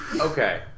Okay